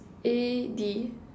A D